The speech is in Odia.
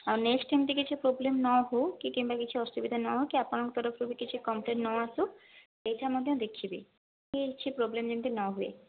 ଆଉ ନେକଷ୍ଟ ଟାଇମ ଟିକେ କିଛି ପ୍ରୋବ୍ଲେମ ନ ହେଉ କି କିମ୍ବା କିଛି ଅସୁବିଧା ନ କି ଆପଣଙ୍କ ତରଫରୁ ବି କିଛି କମ୍ପ୍ଲେନ ନ ଆସୁ ଏହିଟା ମଧ୍ୟ ଦେଖିବେ କି କିଛି ପ୍ରୋବ୍ଲେମ ଯେମିତି ନ ହୁଏ